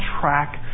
track